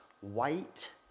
white